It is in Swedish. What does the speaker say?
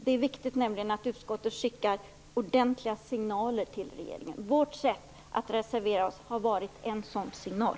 Det är nämligen viktigt att utskottet skickar ordentliga signaler till regeringen. Vårt sätt att reservera oss har varit en sådan signal.